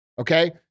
okay